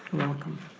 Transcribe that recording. welcome.